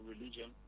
religion